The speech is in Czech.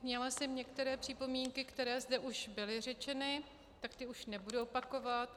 Měla jsem některé připomínky, které zde už byly řečeny, tak ty už nebudu opakovat.